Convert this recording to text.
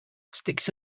sticks